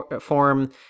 form